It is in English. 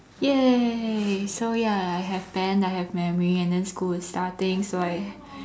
!yay! so ya I have band I have memory and then school is starting so I